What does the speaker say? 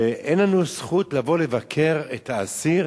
ואין לנו זכות לבוא לבקר את האסיר